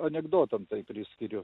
anekdotam tai priskiriu